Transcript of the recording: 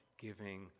giving